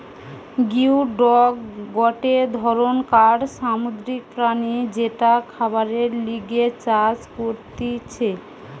geoduck গটে ধরণকার সামুদ্রিক প্রাণী যেটা খাবারের লিগে চাষ করতিছে